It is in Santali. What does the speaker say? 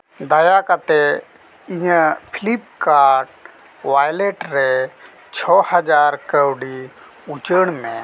ᱫᱟᱭᱟᱠᱟᱛᱮᱫ ᱤᱧᱟᱹᱜ ᱯᱷᱤᱞᱤᱯᱠᱟᱨᱴ ᱳᱣᱟᱞᱮᱴ ᱨᱮ ᱪᱷᱚ ᱦᱟᱡᱟᱨ ᱠᱟᱹᱣᱰᱤ ᱩᱪᱟᱹᱲ ᱢᱮ